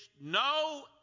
no